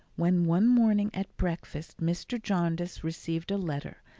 when one morning at breakfast mr. jarndyce received a letter,